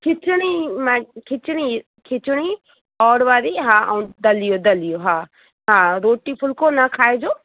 खिचिणी मै खिचिणी खिचिणी अहुरि वारी हा ऐं दलियो दलियो हा हा रोटी फुल्को न खाएजो